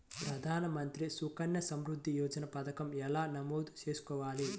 ప్రధాన మంత్రి సుకన్య సంవృద్ధి యోజన పథకం ఎలా నమోదు చేసుకోవాలీ?